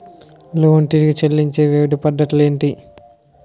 Loan తిరిగి చెల్లించే వివిధ పద్ధతులు ఏంటి?